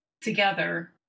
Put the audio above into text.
together